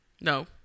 No